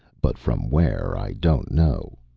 but from where i don't know.